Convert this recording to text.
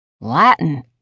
Latin